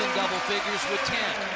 figures with ten.